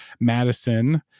Madison